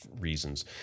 reasons